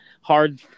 hard